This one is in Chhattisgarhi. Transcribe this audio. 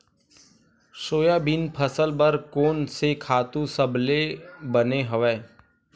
सोयाबीन फसल बर कोन से खातु सबले बने हवय?